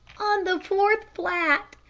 on the fourth flat.